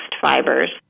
fibers